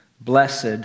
Blessed